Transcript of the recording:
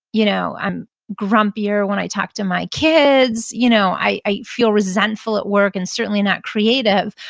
you know i'm grumpier when i talk to my kids. you know i i feel resentful at work, and certainly not creative.